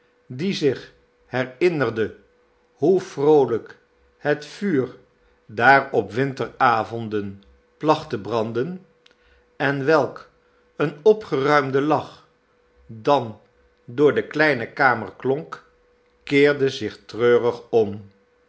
die zich herinnerde hoe vroolijk het vuur daar op winteravonden placht te branden en welk een opgeruimden lach dan door de kleine kamer klonk keerde zich treurig om